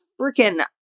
freaking